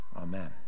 Amen